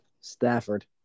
Stafford